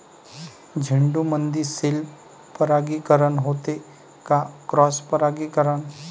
झेंडूमंदी सेल्फ परागीकरन होते का क्रॉस परागीकरन?